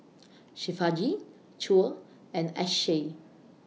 Shivaji Choor and Akshay